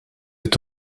est